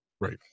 Right